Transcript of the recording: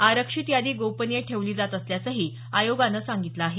आरक्षित यादी गोपनीय ठेवली जात असल्याचही आयोगाकड्रन सांगण्यात आलं आहे